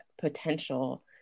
potential